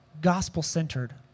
gospel-centered